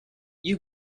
you